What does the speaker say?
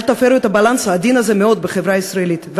אל תפרו את הבאלאנס המאוד-עדין הזה בחברה הישראלית,